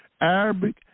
Arabic